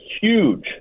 huge